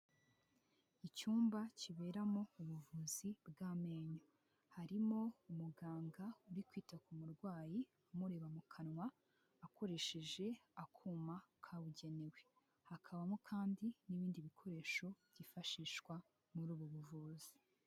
Icyumba kiberamo ubuvuzi bw'amenyo. Harimo umuganga uri kwita ku murwayi amureba mu kanwa, akoresheje akuma kabugenewe. Hakabamo kandi n'ibindi bikoresho byifashishwa muri ubu buvuzi.